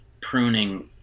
pruning